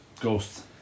Ghosts